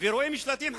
ורואים שלטים חדשים,